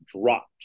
dropped